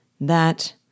That